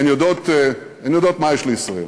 הן יודעות מה יש לישראל: